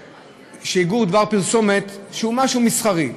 אוסר שיגור דבר פרסומת שהוא משהו מסחרי.